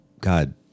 god